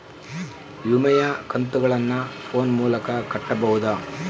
ವಿಮೆಯ ಕಂತುಗಳನ್ನ ಫೋನ್ ಮೂಲಕ ಕಟ್ಟಬಹುದಾ?